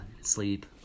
sleep